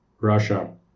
Russia